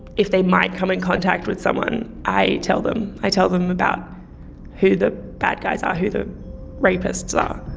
if they might come in contact with someone, i tell them. i tell them about who the bad guys are, who the rapists are.